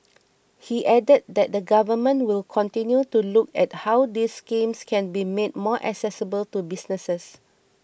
he added that the Government will continue to look at how these schemes can be made more accessible to businesses